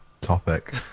topic